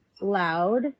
loud